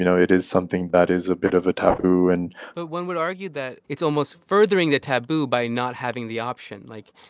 you know it is something that is a bit of a taboo and. but one would argue that it's almost furthering the taboo by not having the option. like,